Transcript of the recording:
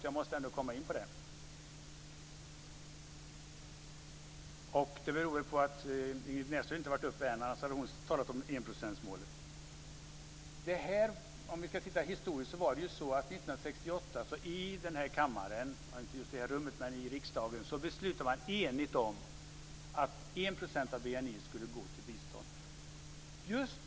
Jag måste ändå komma in på det målet. Det beror väl på att Ingrid Näslund inte har varit uppe i talarstolen än, annars hade hon talat om enprocentsmålet. År 1968 beslutade man i kammaren - inte i just detta rum, men i riksdagen - enigt om att 1 % av BNI skulle gå till bistånd.